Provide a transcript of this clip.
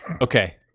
Okay